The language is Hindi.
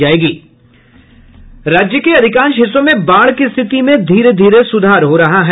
राज्य के अधिकांश हिस्सों में बाढ़ की स्थिति में धीरे धीरे सुधार हो रहा है